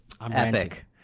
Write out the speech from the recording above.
epic